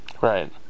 Right